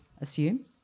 assume